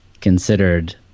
considered